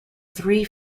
three